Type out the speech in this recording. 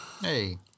Hey